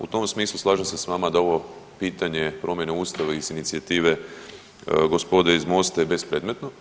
U tom smislu slažem se s vama da ovo pitanje promjene ustava iz inicijative gospode iz Mosta je bespredmetno.